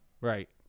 right